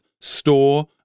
store